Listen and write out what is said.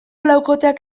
laukoteak